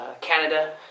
Canada